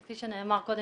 כפי שנאמר קודם,